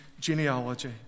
genealogy